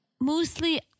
mostly